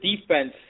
defense